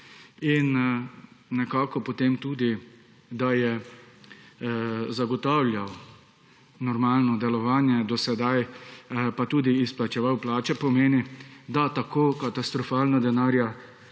Nekako potem tudi, da je zagotavljal normalno delovanje do sedaj pa tudi izplačeval plače pomeni, da tako katastrofalno denarja